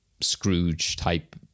Scrooge-type